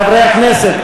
חברי הכנסת,